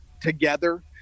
together